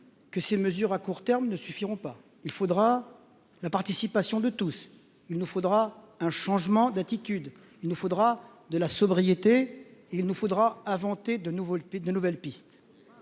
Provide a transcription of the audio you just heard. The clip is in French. que ces mesures à court terme ne suffiront pas, il faudra la participation de tous, il nous faudra un changement d'attitude, il nous faudra de la sobriété, il nous faudra a vanté de nouveau le pays